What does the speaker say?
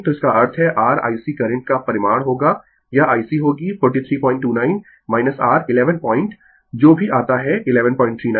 तो इसका अर्थ है r IC करंट का परिमाण होगा यह IC होगी 4329 r 11 पॉइंट जो भी आता है 1139